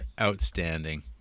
outstanding